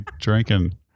drinking